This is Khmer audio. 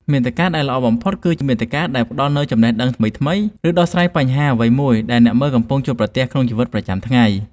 មាតិកាដែលល្អបំផុតគឺមាតិកាដែលផ្តល់នូវចំណេះដឹងថ្មីៗ ឬដោះស្រាយបញ្ហាអ្វីមួយដែលអ្នកមើលកំពុងជួបប្រទះក្នុងជីវិតប្រចាំថ្ងៃ។